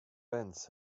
vents